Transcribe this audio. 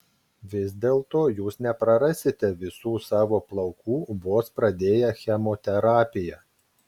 vis dėlto jūs neprarasite visų savo plaukų vos pradėję chemoterapiją